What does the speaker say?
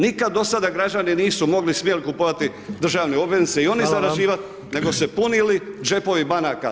Nikada dosada građani nisu mogli, smjeli kupovati državne obveznice [[Upadica: Hvala vam.]] i oni zarađivat nego se punili džepovi banaka.